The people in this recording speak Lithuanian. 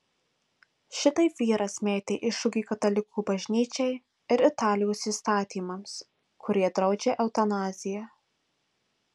šitaip vyras metė iššūkį katalikų bažnyčiai ir italijos įstatymams kurie draudžia eutanaziją